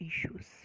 issues